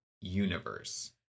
universe